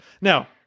now